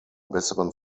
besseren